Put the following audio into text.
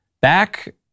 Back